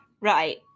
Right